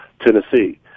Tennessee